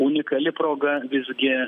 unikali proga visgi